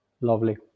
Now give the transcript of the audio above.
Lovely